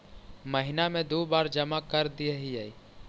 महिना मे दु बार जमा करदेहिय?